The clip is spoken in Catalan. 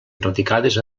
radicades